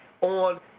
on